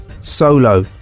solo